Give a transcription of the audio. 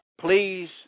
please